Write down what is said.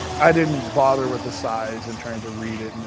i didn't bother with the size, and trying to read it,